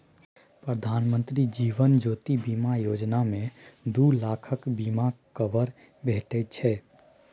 प्रधानमंत्री जीबन ज्योती बीमा योजना मे दु लाखक बीमा कबर भेटै छै